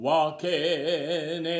Walking